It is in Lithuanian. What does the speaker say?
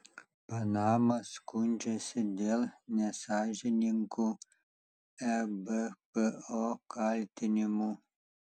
panama skundžiasi dėl nesąžiningų ebpo kaltinimų